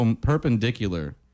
perpendicular